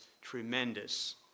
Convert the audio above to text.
tremendous